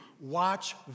watch